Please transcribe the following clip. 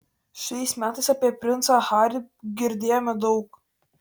šiais metais apie princą harį girdėjome daug